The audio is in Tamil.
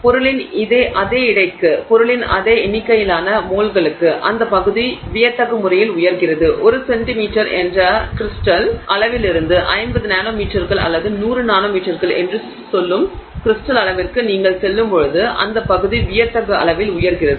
எனவே பொருளின் அதே எடைக்கு பொருளின் அதே எண்ணிக்கையிலான மோல்களுக்கு அந்த பகுதி வியத்தகு முறையில் உயர்கிறது 1 சென்டிமீட்டர் என்ற கிரிஸ்டல் அளவிலிருந்து 50 நானோமீட்டர்கள் அல்லது 100 நானோமீட்டர்கள் என்று சொல்லும் கிரிஸ்டல் அளவிற்கு நீங்கள் செல்லும்போது அந்த பகுதி வியத்தகு அளவில் உயர்கிறது